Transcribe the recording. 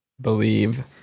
believe